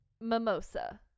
Mimosa